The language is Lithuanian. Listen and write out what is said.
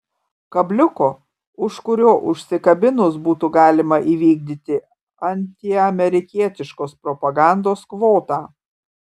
kabliuko už kurio užsikabinus būtų galima įvykdyti antiamerikietiškos propagandos kvotą